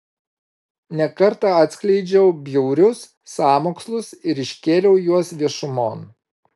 ne kartą atskleidžiau bjaurius sąmokslus ir iškėliau juos viešumon